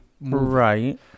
right